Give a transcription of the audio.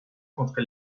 contre